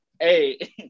hey